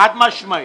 חד-משמעית.